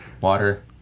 Water